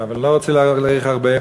אבל אני לא רוצה להאריך הרבה.